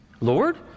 Lord